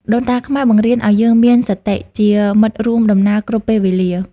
ដូនតាខ្មែរបង្រៀនឱ្យយើងមាន «សតិ» ជាមិត្តរួមដំណើរគ្រប់ពេលវេលា។